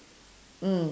mm